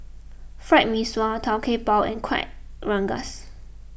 Fried Mee Sua Tau Kwa Pau and Kueh Rengas